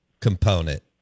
component